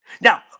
Now